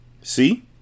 See